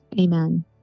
Amen